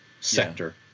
sector